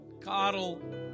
coddle